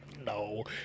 No